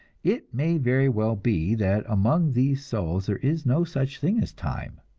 it may very well be that among these souls there is no such thing as time.